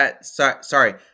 Sorry